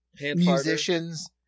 musicians